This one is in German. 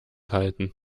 halten